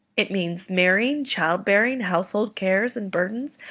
it means marrying, child-bearing, household cares and burdens,